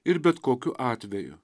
ir bet kokiu atveju